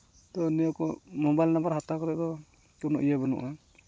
ᱚᱱᱮ ᱠᱚ mobile number ᱦᱟᱛᱟᱣ ᱠᱟᱛᱮᱜ ᱫᱚ ᱠᱳᱱᱚ ᱤᱭᱟᱹ ᱵᱟᱹᱱᱩᱜᱼᱟ